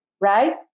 right